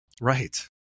Right